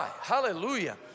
hallelujah